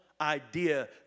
idea